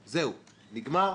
זהו, נגמר,